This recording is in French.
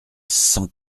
cent